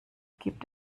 gibt